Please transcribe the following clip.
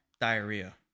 Diarrhea